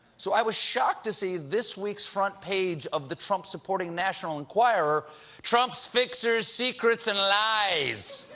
so i was shocked to see this week's front page of the trump-supporting national enquirer trump fixer's secrets and lies!